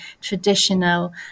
traditional